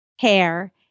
hair